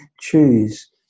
choose